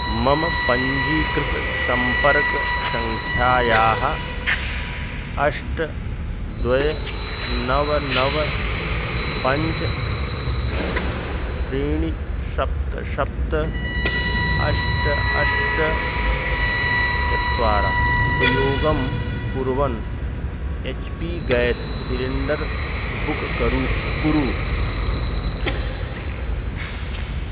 मम पञ्जीकृत सम्पर्कसङ्ख्यायाः अष्ट द्वे नव नव पञ्च त्रीणि सप्त सप्त अष्ट अष्ट चत्वारि उपयोगं कुर्वन् H P gas cylinder book कुरु कुरु